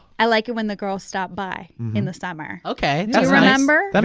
i like it when the girls stop by in the summer. okay, that's remember? but